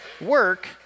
work